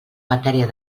matèria